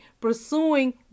pursuing